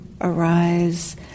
arise